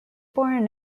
born